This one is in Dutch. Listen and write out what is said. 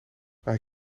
hij